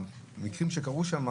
המקרים שקרו שם,